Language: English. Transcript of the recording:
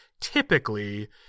typically